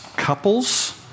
couples